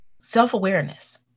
self-awareness